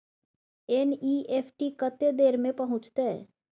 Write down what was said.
NEFT कत्ते देर में पहुंचतै?